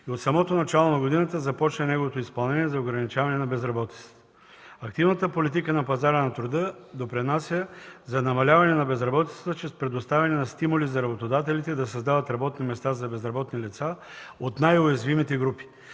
и от самото начало на годината започна неговото изпълнение за ограничаване на безработицата. Активната политика на пазара на труда допринася за намаляване на безработицата след предоставяне на стимули за работодателите да създават работни места за безработни лица от най-уязвимите групи.